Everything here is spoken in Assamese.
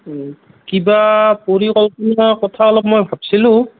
কিবা পৰিকল্পনা কথা অলপ মই ভাবিছিলো